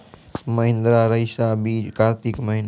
महिंद्रा रईसा बीज कार्तिक महीना?